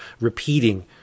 repeating